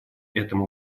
этому